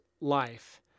life